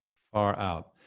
far out.